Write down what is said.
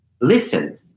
listen